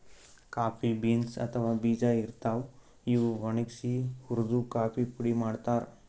coffee beans ಅಥವಾ ಬೀಜಾ ಇರ್ತಾವ್, ಇವ್ ಒಣಗ್ಸಿ ಹುರ್ದು ಕಾಫಿ ಪುಡಿ ಮಾಡ್ತಾರ್